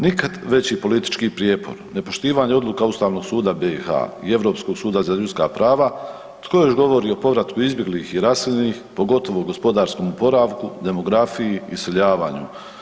Nikad veći politički prijepor, nepoštivanje odluka Ustavnog suda BiH-a i Europskog suda za ljudska prava, tko još govori o povratku izbjeglih i raseljenih, pogotovo u gospodarskom oporavku, demografiji, iseljavanju?